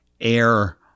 air